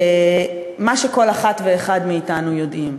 מה שכל אחת ואחד מאתנו יודעים: